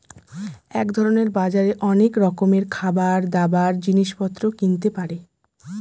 এক ধরনের বাজারে অনেক রকমের খাবার, দাবার, জিনিস পত্র কিনতে পারে